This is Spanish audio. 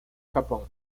japón